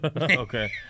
okay